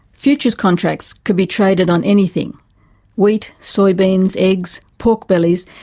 futures contracts could be traded on anything wheat, soybeans, eggs, pork bellies,